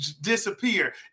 Disappear